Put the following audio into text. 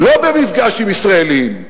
לא במפגש עם ישראלים,